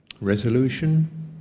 Resolution